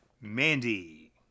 Mandy